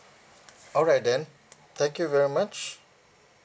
alright then thank you very much